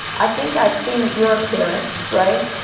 i think i've seen that you're a parent, right?